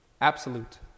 absolute